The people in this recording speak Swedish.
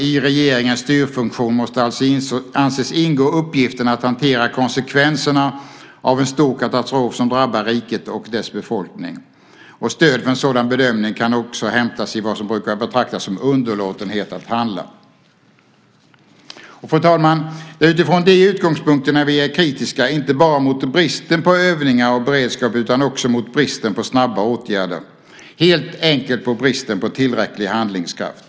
I regeringens styrfunktion måste alltså anses ingå uppgiften att hantera konsekvenserna av en stor katastrof som drabbar riket och dess befolkning. Stöd för en sådan bedömning kan även hämtas i vad som brukar betraktas som underlåtenhet att handla. Fru talman! Det är utifrån de utgångspunkterna vi är kritiska inte bara mot bristen på övningar och beredskap utan också mot bristen på snabba åtgärder. Det handlar helt enkelt om brist på tillräcklig handlingskraft.